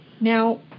Now